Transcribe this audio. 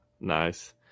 Nice